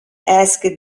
asked